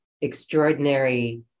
extraordinary